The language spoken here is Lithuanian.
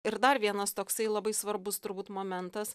ir dar vienas toksai labai svarbus turbūt momentas